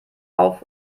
auf